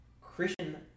Christian